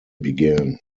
began